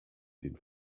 den